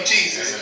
Jesus